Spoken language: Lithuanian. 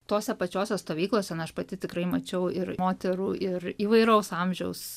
tose pačiose stovyklose na aš pati tikrai mačiau ir moterų ir įvairaus amžiaus